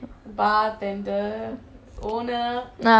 ah gone case another five people can come